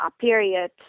period